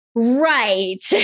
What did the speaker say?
Right